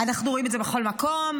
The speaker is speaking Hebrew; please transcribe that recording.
אנחנו רואים את זה בכל מקום,